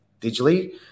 digitally